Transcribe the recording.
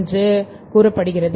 என்று கூறப்படுகிறது